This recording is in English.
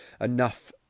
enough